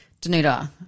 Danuta